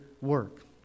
work